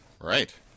Right